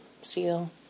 Seal